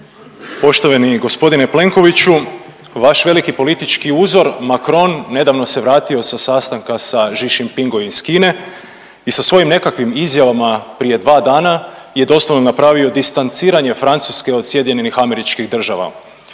Poštovani g. Plenkoviću, vaš veliki politički uzor Macron nedavno se vratio sa sastanka sa Xi Jinpingom iz Kine i sa svojim nekakvim izjavama prije dva dana je doslovno napravio distanciranje Francuske od SAD-a. Vama